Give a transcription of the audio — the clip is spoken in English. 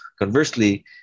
Conversely